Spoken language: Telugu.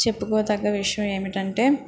చెప్పుకోదగ్గ విషయం ఏమిటంటే